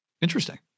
Interesting